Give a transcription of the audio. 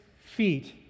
feet